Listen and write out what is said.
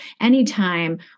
anytime